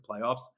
playoffs